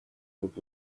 look